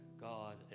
God